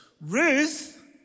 Ruth